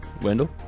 Wendell